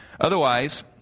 otherwise